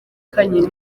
kanyu